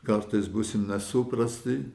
kartais būsim nesuprasti